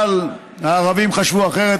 אבל הערבים חשבו אחרת,